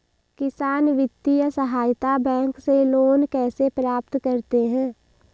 किसान वित्तीय सहायता बैंक से लोंन कैसे प्राप्त करते हैं?